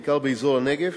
בעיקר באזור הנגב,